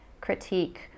critique